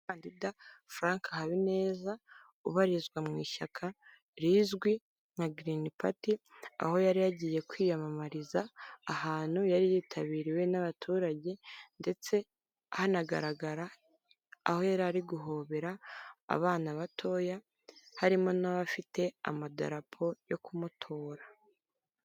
Umukandida Frank Habineza ubarizwa mu ishyaka rizwi nka girini pati, aho yari yagiye kwiyamamariza ahantu yari yitabiriwe n'abaturage ndetse hanagaragara aho yari ari guhobera abana batoya harimo n'abafite amadarapo yo kumutura.